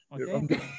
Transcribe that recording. okay